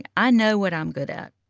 i know what i'm good at,